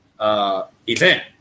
event